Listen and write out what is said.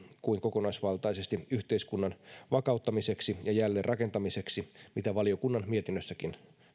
kuin kokonaisvaltaisesti yhteiskunnan vakauttamiseksi ja jälleenrakentamiseksi mitä valiokunnan mietinnössäkin